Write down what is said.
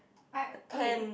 I okay